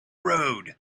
road